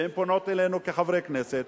והן פונות אלינו כחברי הכנסת.